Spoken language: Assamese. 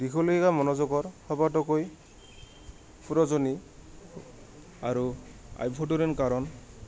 দীঘলীয়া মনোযোগৰ সবাতোকৈ কাৰণ